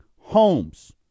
homes